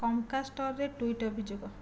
କଙ୍କାଷ୍ଟରେ tweet ଅଭିଯୋଗ